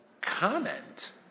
comment